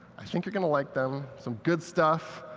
i think you're going to like them, some good stuff.